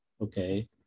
Okay